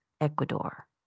Ecuador